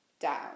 Down